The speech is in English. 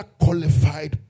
qualified